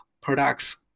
products